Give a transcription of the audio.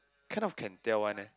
kind of can tell one eh